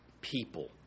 people